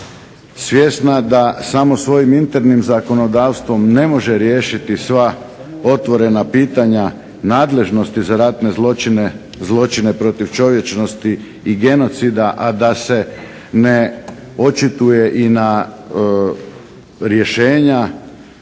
svjesna da samo svojim internim zakonodavstvom ne može riješiti sva otvorena pitanja nadležnosti za ratne zločine, zločine protiv čovječnosti i genocida, a da se ne očituje i na rješenja